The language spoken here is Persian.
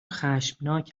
خشمناک